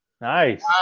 Nice